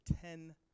Ten